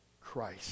Christ